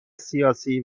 سیاسی